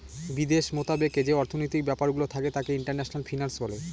বিদেশ মতাবেকে যে অর্থনৈতিক ব্যাপারগুলো থাকে তাকে ইন্টারন্যাশনাল ফিন্যান্স বলে